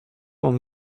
mam